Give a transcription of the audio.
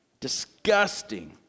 disgusting